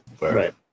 right